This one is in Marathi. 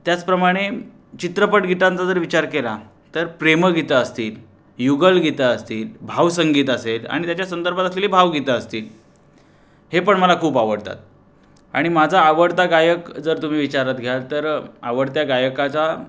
त्याचप्रमाणे चित्रपट गीतांचा जर विचार केला तर प्रेमगीतं असतील युगलगीतं असतील भावसंगीत असेल आणि त्याच्या संदर्भात असलेली भावगीतं असतील हे पण मला खूप आवडतात आणि माझा आवडता गायक जर तुम्ही विचारात घ्याल तर आवडत्या गायकाचा